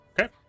Okay